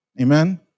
Amen